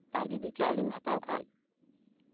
ᱟᱨ ᱡᱚᱫᱤ ᱪᱟᱣᱞᱮᱢ ᱦᱟᱛᱟᱣ ᱠᱷᱟᱱ